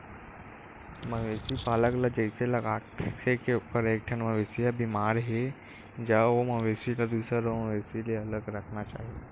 मवेशी पालक ल जइसे लागथे के ओखर एकठन मवेशी ह बेमार हे ज ओ मवेशी ल दूसर अउ मवेशी ले अलगे राखना चाही